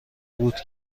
بود